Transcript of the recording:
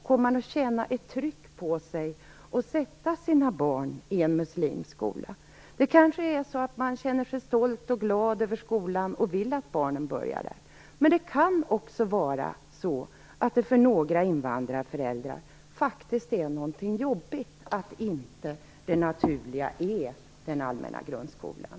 Kommer man att känna ett tryck att sätta sina barn i en muslimsk skola? Det kanske är så att man känner sig stolt och glad över skolan och vill att barnen börjar där. Men för några invandrarföräldrar kan det faktiskt också vara jobbigt att det naturliga inte är den allmänna grundskolan.